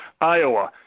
Iowa